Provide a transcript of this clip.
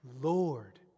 Lord